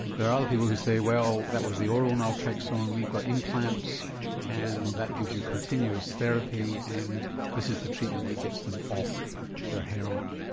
there are other people who say well that was the oral naltraxone we've got implants and that gives you continuous therapy and this is the treatment that gets them off their heroin.